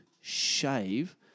shave